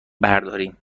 برداریم